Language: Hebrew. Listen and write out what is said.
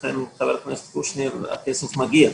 לכן, חבר הכנסת קושניר, הכסף מגיע.